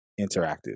interactive